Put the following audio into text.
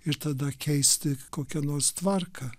ir tada keisti kokią nors tvarką